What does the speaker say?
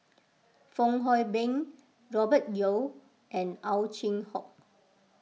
Fong Hoe Beng Robert Yeo and Ow Chin Hock